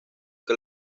que